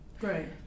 Right